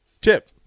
Tip